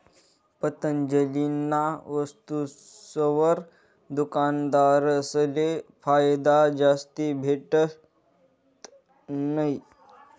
पतंजलीना वस्तुसवर दुकानदारसले फायदा जास्ती भेटत नयी